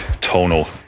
tonal